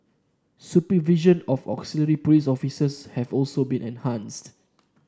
supervision of auxiliary police officers have also been enhanced